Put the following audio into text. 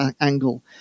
angle